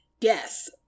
Yes